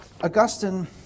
Augustine